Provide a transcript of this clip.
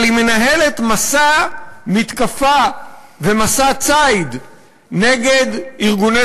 אבל היא מנהלת מסע מתקפה ומסע ציד נגד ארגוני